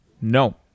No